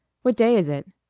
what day is it?